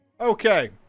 Okay